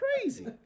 crazy